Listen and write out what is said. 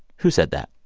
who said that?